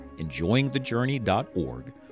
enjoyingthejourney.org